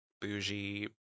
bougie